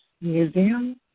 Museum